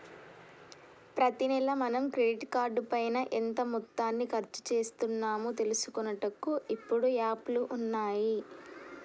ప్రతి నెల మనం క్రెడిట్ కార్డు పైన ఎంత మొత్తాన్ని ఖర్చు చేస్తున్నాము తెలుసుకొనుటకు ఇప్పుడు యాప్లు ఉన్నాయి